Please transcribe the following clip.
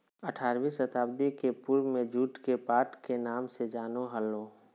आठारहवीं शताब्दी के पूर्व में जुट के पाट के नाम से जानो हल्हो